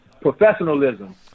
professionalism